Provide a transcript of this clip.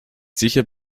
sicher